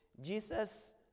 Jesus